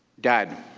dad,